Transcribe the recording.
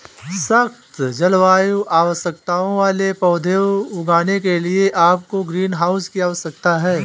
सख्त जलवायु आवश्यकताओं वाले पौधे उगाने के लिए आपको ग्रीनहाउस की आवश्यकता है